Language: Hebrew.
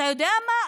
אתה יודע מה?